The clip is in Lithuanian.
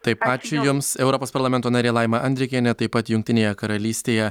taip ačiū jums europos parlamento narė laima andrikienė taip pat jungtinėje karalystėje